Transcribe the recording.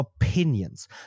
opinions